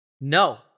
No